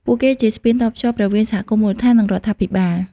ពួកគេជាស្ពានតភ្ជាប់រវាងសហគមន៍មូលដ្ឋាន និងរដ្ឋាភិបាល។